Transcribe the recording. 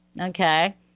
okay